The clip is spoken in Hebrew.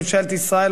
ממשלת ישראל,